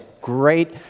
great